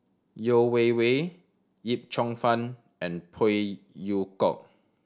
Yeo Wei Wei Yip Cheong Fun and Phey Yew Kok